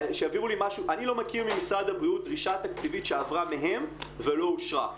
אני לא מכיר ממשרד הבריאות דרישה תקציבית שעברה מהם ולא אושרה.